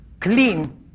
Clean